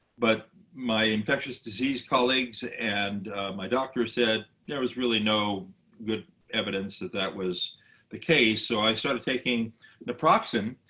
but my infectious disease colleagues and my doctor said there was really no good evidence that that was the case. so i started taking naproxen.